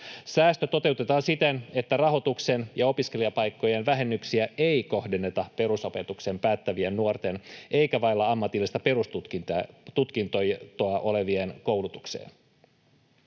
Säästö toteutetaan siten, että rahoituksen ja opiskelijapaikkojen vähennyksiä ei kohdenneta perusopetuksen päättävien nuorten eikä vailla ammatillista perustutkintoa olevien koulutukseen.